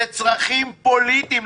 זה צרכים פוליטיים.